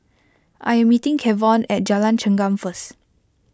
I am meeting Kevon at Jalan Chengam first